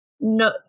no